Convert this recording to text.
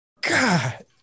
God